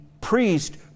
priest